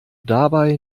dabei